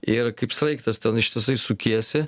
ir kaip sraigtas ten ištisai sukiesi